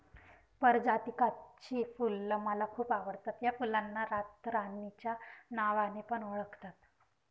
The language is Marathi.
पारीजातकाची फुल मला खूप आवडता या फुलांना रातराणी च्या नावाने पण ओळखतात